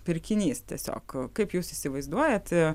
pirkinys tiesiog kaip jūs įsivaizduojat